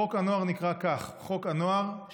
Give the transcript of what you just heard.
חוק הנוער נקרא חוק הנוער,